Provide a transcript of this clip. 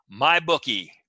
MyBookie